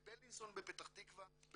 בבילינסון בפתח תקווה,